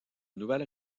nouvelles